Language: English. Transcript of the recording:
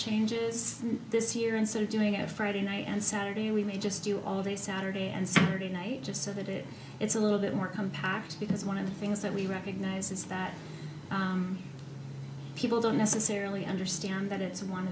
changes this year instead of doing a friday night and saturday we may just do all day saturday and sunday night just so that it's a little bit more compact because one of the things that we recognize is that people don't necessarily understand that it's one o